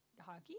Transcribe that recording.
hockey